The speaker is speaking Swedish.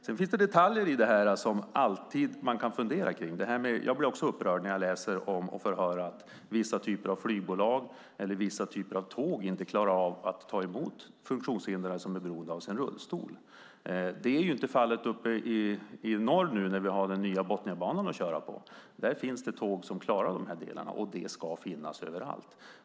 Sedan finns det detaljer som det alltid går att fundera över. Jag blir också upprörd när jag får höra att vissa flygbolag eller vissa typer av tåg inte klarar av att ta emot funktionshindrade som är beroende av sin rullstol. Det är inte fallet uppe i norr med den nya Botniabanan. Där finns tåg som klarar dessa delar. Det ska finnas överallt.